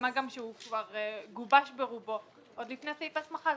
מה גם שהוא גובש ברובו עוד לפני סעיף ההסמכה,